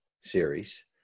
series